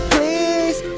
Please